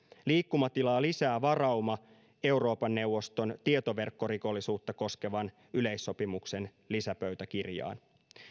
liikkumatilaa lisää varauma euroopan neuvoston tietoverkkorikollisuutta koskevan yleissopimuksen lisäpöytäkirjaan